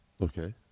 okay